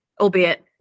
albeit